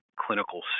clinical